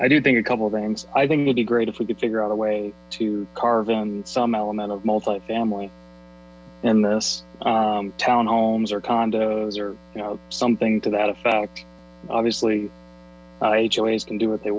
i do think a couple of things i think would be great if we could figure out a way to kalvin some element of multifamily in this town homes or condos or something to that effect obviously i can do what they